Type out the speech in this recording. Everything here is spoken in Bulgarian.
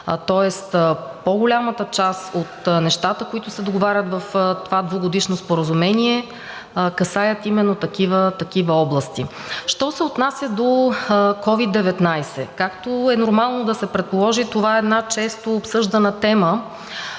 Тоест по-голямата част от нещата, които се договарят в това двугодишно споразумение, касаят именно такива области. Що се отнася до COVID-19, както е нормално да се предположи, това е една често обсъждана тема